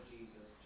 Jesus